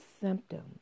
symptoms